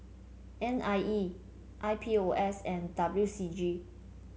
N I E I P O S and W C G